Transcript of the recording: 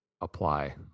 apply